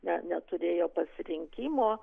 ne neturėjo pasirinkimo